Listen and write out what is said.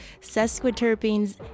sesquiterpenes